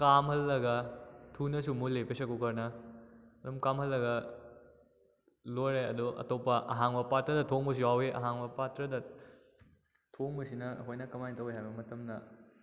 ꯀꯥꯝꯍꯜꯂꯒ ꯊꯨꯅꯁꯨ ꯃꯨꯜꯂꯤ ꯄ꯭ꯔꯦꯁꯔ ꯀꯨꯀꯔꯅ ꯑꯗꯨꯝ ꯀꯥꯝꯍꯜꯂꯒ ꯂꯣꯏꯔꯦ ꯑꯗꯨꯒ ꯑꯇꯣꯞꯄ ꯑꯍꯥꯡꯕ ꯄꯥꯠꯇ꯭ꯔꯗ ꯊꯣꯡꯕꯁꯨ ꯌꯥꯎꯋꯤ ꯑꯍꯥꯡꯕ ꯄꯥꯠꯇ꯭ꯔꯗ ꯊꯣꯡꯕꯁꯤꯅ ꯑꯩꯈꯣꯏꯅ ꯀꯃꯥꯏꯅ ꯇꯧꯋꯤ ꯍꯥꯏꯕ ꯃꯇꯝꯗ